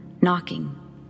knocking